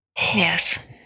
yes